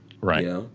Right